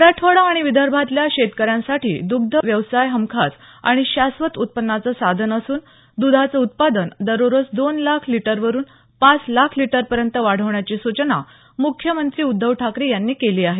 मराठवाडा आणि विदर्भातल्या शेतकऱ्यांसाठी दग्ध व्यवसाय हमखास आणि शाश्वत उत्पन्नाचं साधन असून दुधाचं उत्पादन दररोज दोन लाख लीटरवरुन पाच लाख लीटरपर्यँत वाढवण्याची सूचना मुख्यमंत्री उद्धव ठाकरे यांनी केली आहे